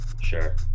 Sure